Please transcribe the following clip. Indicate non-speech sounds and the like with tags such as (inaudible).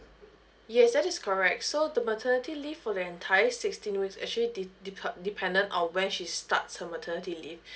yes that is correct so the maternity leave for the entire sixteen weeks actually dep~ depen~ dependent on when she starts her maternity leave (breath)